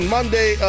Monday